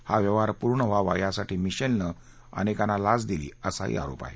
हा व्यवहार पूर्ण व्हावा यासाठी मिशेलनं अनेकांना लाच दिली असाही आरोप आहे